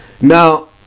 Now